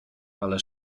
ale